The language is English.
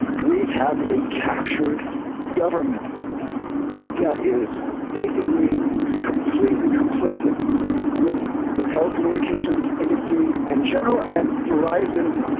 we have a captured government that is basically completely complicit with the telecommunications industry in general and verizon.